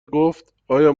گفتایا